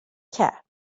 کرد